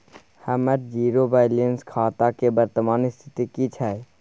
हमर zero balance खाता के वर्तमान स्थिति की छै?